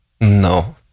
No